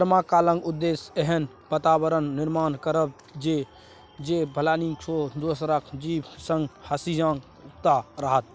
परमाकल्चरक उद्देश्य एहन बाताबरणक निर्माण करब छै जे फलदायी आ दोसर जीब संगे सहिष्णुता राखय